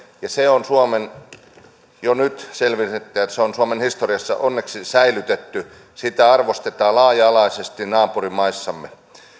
ja se on jo nyt selvitetty että se on suomen historiassa onneksi säilytetty ja sitä arvostetaan laaja alaisesti naapurimaissamme